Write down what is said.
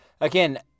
Again